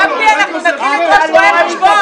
גפני, נתחיל לדרוש רואה חשבון